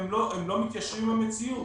והם לא מתיישרים למציאות.